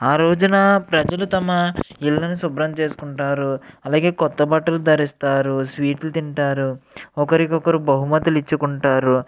ఆరోజున ప్రజలు తమ ఇళ్ళని శుభ్రం చేసుకుంటారు అలాగే కొత్త బట్టలు ధరిస్తారు స్వీట్లు తింటారు ఒకరికొకరు బహుమతులు ఇచ్చుకుంటారు